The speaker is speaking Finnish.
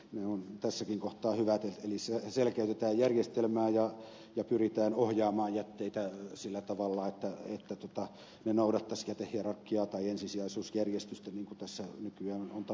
ne ovat tässäkin kohtaa hyvät eli selkeytetään järjestelmää ja pyritään ohjaamaan jätteitä sillä tavalla että ne noudattaisivat jätehierarkiaa tai ensisijaisuusjärjestystä niin kuin nykyään on tapana puhua